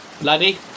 Bloody